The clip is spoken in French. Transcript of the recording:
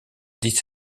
dix